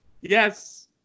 Yes